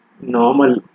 normal